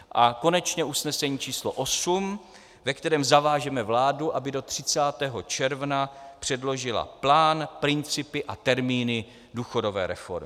A konečně usnesení číslo 8, ve kterém zavážeme vládu, aby do 30. června předložila plán, principy a termíny důchodové reformy.